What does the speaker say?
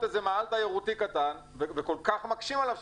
מאהל תיירותי קטן וכל כך מקשים עליו.